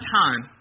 time